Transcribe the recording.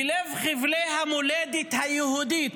בלב חבלי המולדת היהודית,